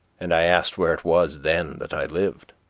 and i asked where it was then that i lived.